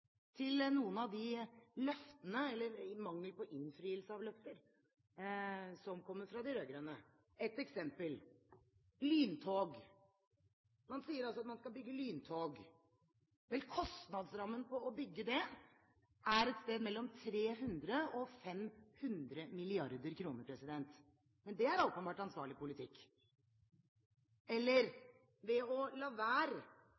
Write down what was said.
til noen av de løftene, eller mangel på innfrielse av løfter, som kommer fra de rød-grønne. Et eksempel: lyntog – man sier at man skal bygge lyntog. Kostnadsrammen for å bygge det er et sted mellom 300 og 500 mrd. kr. Men det er åpenbart ansvarlig politikk. Eller: Ved å la være